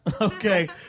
okay